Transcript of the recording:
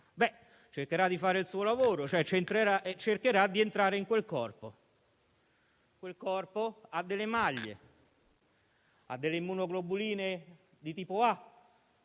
Cercherà di fare il suo lavoro, e cioè cercherà di entrare in quel corpo. Ma quel corpo ha delle maglie, ha delle immunoglobuline di tipo A